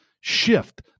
shift